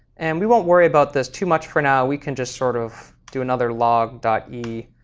and we won't worry about this too much. for now we can just sort of do another log e,